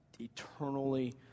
eternally